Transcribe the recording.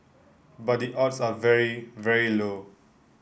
but the odds are very very low